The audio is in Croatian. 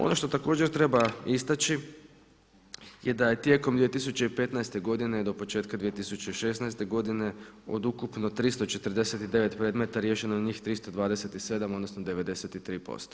Ono što također treba istaći je da je tijekom 2015. godine do početka 2016. godine od ukupno 349 predmeta riješeno njih 327 odnosno 93%